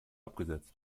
abgesetzt